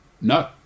No